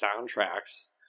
soundtracks